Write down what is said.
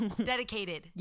Dedicated